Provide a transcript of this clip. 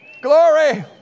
Glory